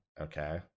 Okay